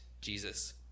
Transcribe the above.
Jesus